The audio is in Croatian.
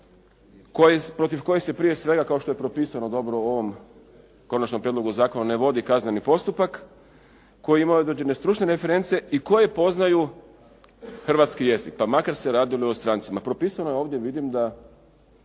protiv kojih se prije svega kao što je propisano dobro u ovom konačnom prijedlogu zakona ne vodi kazneni postupak, koji ima određene stručne reference i koji poznaju hrvatski jezik pa makar se radilo i o strancima. Propisano je ovdje, vidim da